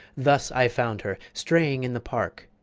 thus i found her straying in the park,